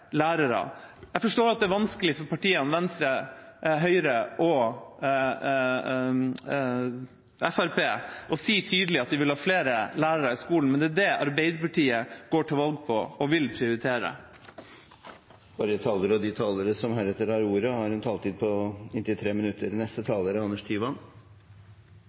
lærere. Jeg forstår at det er vanskelig for partiene Venstre, Høyre og Fremskrittspartiet å si tydelig at de vil ha flere lærere i skolen, men det er det Arbeiderpartiet går til valg på og vil prioritere. Statsråden trakk igjen fram poenget med sentralisering og dette at en nasjonal norm for lærertetthet ville innebære flere lærere i Oslo-skolen. Jeg må få si at for meg er